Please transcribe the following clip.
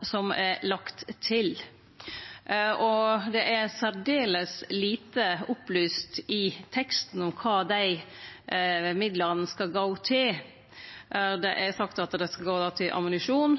som er lagde til, men det er særdeles lite opplyst i teksten om kva dei midlane skal gå til. Det er sagt at det skal gå til ammunisjon